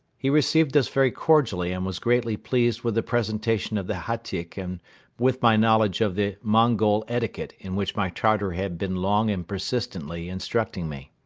he received us very cordially and was greatly pleased with the presentation of the hatyk and with my knowledge of the mongol etiquette in which my tartar had been long and persistently instructing me.